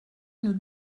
une